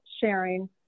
sharing